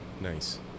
nice